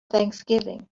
thanksgiving